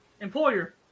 Employer